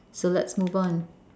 so let's move on